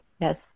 Yes